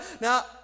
Now